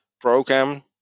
program